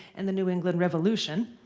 and the new england revolution.